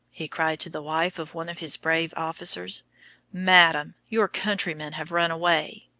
he cried to the wife of one of his brave officers madam, your countrymen have run away.